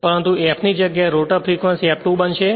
પરંતુ f ની જગ્યાએ રોટર ફ્રેક્વંસી F2 બનશે